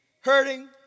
Hurting